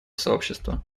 сообщества